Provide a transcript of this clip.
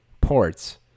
ports